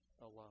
alone